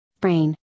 Brain